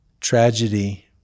tragedy